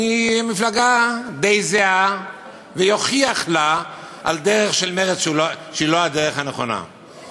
ממפלגה די זהה ויוכיח לה על הדרך של מרצ שהיא לא הדרך הנכונה,